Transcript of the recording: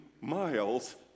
miles